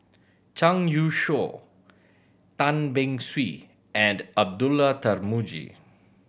Zhang Youshuo Tan Beng Swee and Abdullah Tarmugi